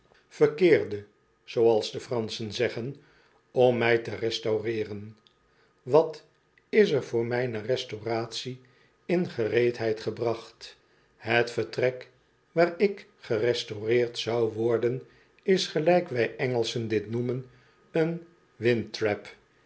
verkeerde zooals de franschen zeggen om mij te restaureeren wat is er voor mijne restauratie in gereedheid gebracht het vertrek waar ik gerestaureerd zou worden is gelijk wij engelschen dit noemen een